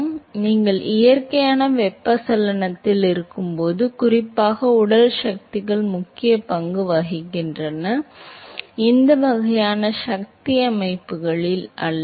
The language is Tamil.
எனவே நீங்கள் இயற்கையான வெப்பச்சலனத்தில் இருக்கும்போது குறிப்பாக உடல் சக்திகள் முக்கிய பங்கு வகிக்கின்றன இந்த வகையான சக்தி அமைப்புகளில் அல்ல